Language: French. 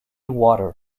water